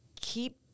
keep